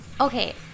Okay